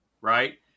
right